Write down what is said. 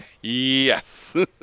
yes